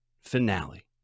finale